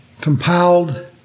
Compiled